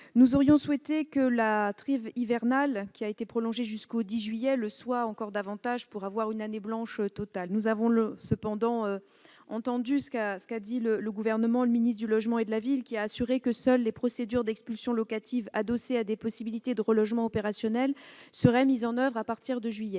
Nous aurions souhaité que la trêve hivernale, qui a été prolongée jusqu'au 10 juillet, le soit encore davantage, pour aller jusqu'à l'année blanche totale. Nous avons cependant entendu ce qu'a dit le Gouvernement par la voix du ministre qui était alors chargé de la ville et du logement : il a assuré que « seules les procédures d'expulsion locative adossées à des possibilités de relogement opérationnelles seraient mises en oeuvre à partir de juillet